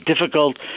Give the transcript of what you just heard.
difficult